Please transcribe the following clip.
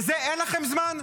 לזה אין לכם זמן?